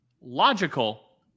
Logical